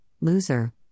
loser